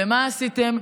ומה עשיתם?